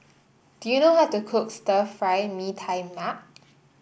do you know how to cook Stir Fry Mee Tai Mak